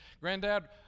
granddad